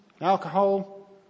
alcohol